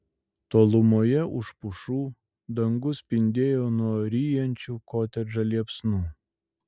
tolumoje už pušų dangus spindėjo nuo ryjančių kotedžą liepsnų